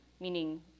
meaning